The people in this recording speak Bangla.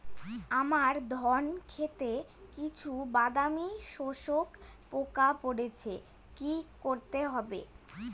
আমার ধন খেতে কিছু বাদামী শোষক পোকা পড়েছে কি করতে হবে?